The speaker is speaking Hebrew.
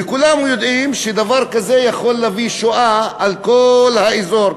וכולם יודעים שדבר כזה יכול להביא שואה על כל האזור,